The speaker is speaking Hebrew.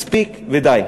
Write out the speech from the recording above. מספיק ודי.